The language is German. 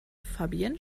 fabienne